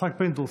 יצחק פינדרוס.